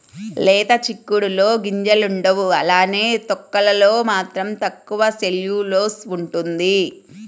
లేత చిక్కుడులో గింజలుండవు అలానే తొక్కలలో మాత్రం తక్కువ సెల్యులోస్ ఉంటుంది